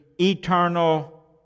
eternal